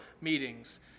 meetings